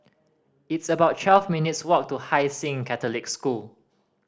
it's about twelve minutes' walk to Hai Sing Catholic School